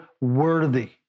worthy